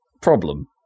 problem